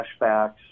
flashbacks